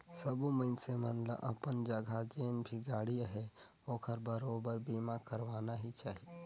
सबो मइनसे मन ल अपन जघा जेन भी गाड़ी अहे ओखर बरोबर बीमा करवाना ही चाही